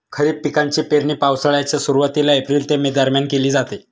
खरीप पिकांची पेरणी पावसाळ्याच्या सुरुवातीला एप्रिल ते मे दरम्यान केली जाते